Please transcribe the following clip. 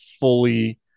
fully